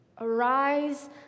Arise